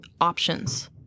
options